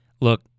look